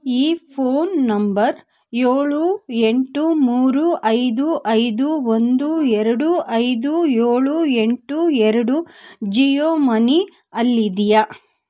ಈ phone number ಏಳು ಎಂಟು ಮೂರು ಐದು ಐದು ಒಂದು ಎರಡು ಐದು ಏಳು ಎಂಟು ಎರಡು ಜಿಯೋ ಮನಿಯಲ್ಲಿದ್ಯಾ